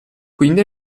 quindi